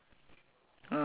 chili padi